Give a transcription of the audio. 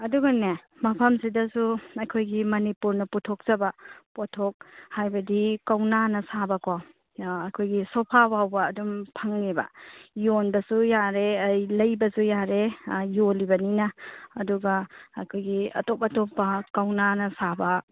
ꯑꯗꯨꯒꯅꯦ ꯃꯐꯝꯁꯤꯗꯁꯨ ꯑꯩꯈꯣꯏꯒꯤ ꯃꯅꯤꯄꯨꯔꯅ ꯄꯨꯊꯣꯛꯆꯕ ꯄꯣꯠꯊꯣꯛ ꯍꯥꯏꯕꯗꯤ ꯀꯧꯅꯥꯅ ꯁꯥꯕꯀꯣ ꯑꯩꯈꯣꯏꯒꯤ ꯁꯣꯐꯥ ꯐꯥꯎꯕ ꯑꯗꯨꯝ ꯐꯪꯉꯦꯕ ꯌꯣꯟꯕꯁꯨ ꯌꯥꯔꯦ ꯑꯥ ꯂꯩꯕꯁꯨ ꯌꯥꯔꯦ ꯑꯥ ꯌꯣꯜꯂꯤꯕꯅꯤꯅ ꯑꯗꯨꯒ ꯑꯩꯈꯣꯏꯒꯤ ꯑꯇꯣꯞ ꯑꯩꯇꯣꯞꯄ ꯀꯧꯅꯥꯅ ꯁꯥꯕ